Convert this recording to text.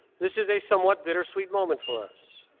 this is a somewhat bittersweet moment for us.